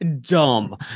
dumb